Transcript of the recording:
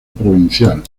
provincial